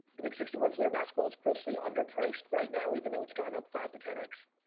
i think sixty one fleer basketball is grossly under priced right now even though it's gone up five to ten x.